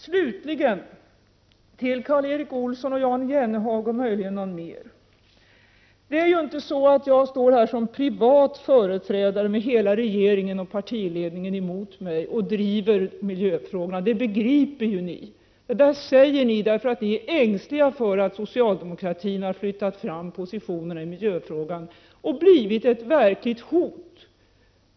Slutligen till Karl Erik Olsson, Jan Jennehag och möjligen någon mer: Jag står inte här som privatperson med hela regeringen och partiledningen emot mig och driver miljöfrågorna, det begriper ni ju. Men så säger ni, därför att ni är ängsliga för att socialdemokratin har flyttat fram positionerna i miljöfrågan och blivit ett verkligt hot.